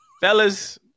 Fellas